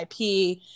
IP